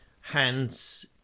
hands